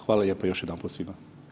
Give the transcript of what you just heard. Hvala lijepo još jedanput svima.